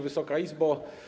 Wysoka Izbo!